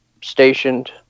stationed